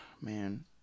man